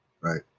Right